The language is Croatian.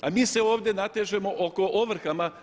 A mi se ovdje natežemo oko ovrha.